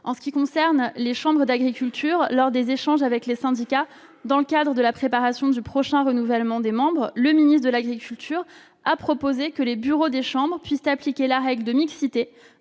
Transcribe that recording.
ce qui concerne les chambres d'agriculture, lors des échanges avec les syndicats dans le cadre de la préparation du prochain renouvellement des membres, le ministre de l'agriculture a proposé que les bureaux des chambres puissent appliquer la règle de mixité